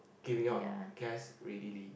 giving out gas readily